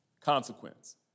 Consequence